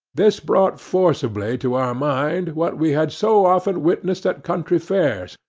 this brought forcibly to our mind what we had so often witnessed at country fairs,